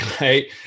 right